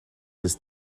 this